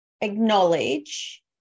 acknowledge